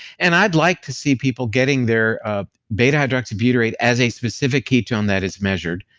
and i'd like to see people getting their beta hydroxybutyrate as a specific ketone that is measured,